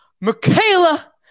Michaela